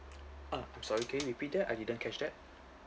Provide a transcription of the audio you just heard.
ah I'm sorry can you repeat that I didn't catch that